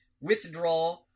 Withdraw